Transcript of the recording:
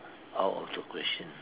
out of the question